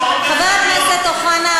חבר הכנסת אוחנה,